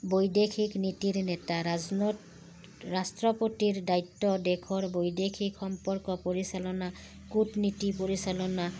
বৈদেশিক নীতিৰ নেতা ৰাষ্ট্ৰপতিৰ দায়িত্বৰ দেশৰ বৈদেশিক সম্পৰ্ক পৰিচালনা কূটনীতি পৰিচালনা